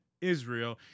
Israel